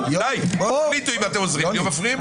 די, תחליטו אם אתם עוזרים לי או מפריעים לי.